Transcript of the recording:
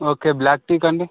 okay black టీకి అండి